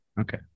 Okay